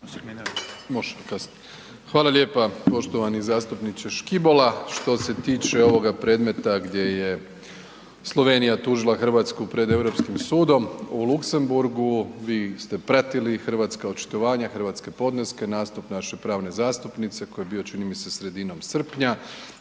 Hvala lijepa poštovani zastupniče Škibola. Što se tiče ovoga predmeta gdje je Slovenija tužila Hrvatsku pred Europskim sudom u Luxembourgu vi ste pratili hrvatska očitovanja, hrvatske podneske, nastup naše pravne zastupnice koji je bio čini mi se sredinom srpnja.